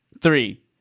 three